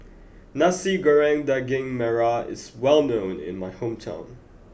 Nasi Goreng Daging Merah is well known in my hometown